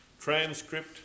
transcript